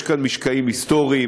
יש כאן משקעים היסטוריים.